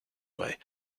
way